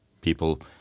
people